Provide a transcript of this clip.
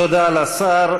תודה לשר.